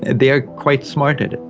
they are quite smart at it.